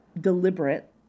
deliberate